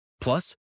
Plus